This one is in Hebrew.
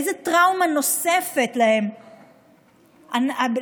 איזו טראומה נוספת למעשה